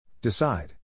Decide